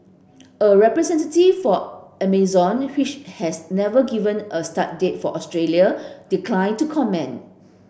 a representative for Amazon which has never given a start date for Australia declined to comment